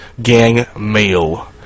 Gangmail